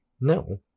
No